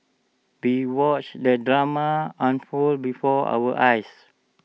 we watched the drama unfold before our eyes